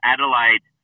Adelaide